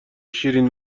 شیرین